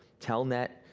telnet,